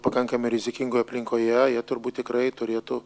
pakankamai rizikingoje aplinkoje jie turbūt tikrai turėtų